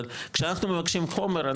אבל כשאנחנו מבקשים חומר,